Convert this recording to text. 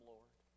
Lord